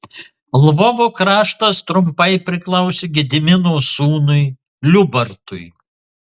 lvovo kraštas trumpai priklausė gedimino sūnui liubartui